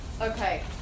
Okay